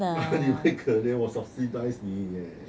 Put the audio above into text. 哪里会可怜我 subsidised 你 leh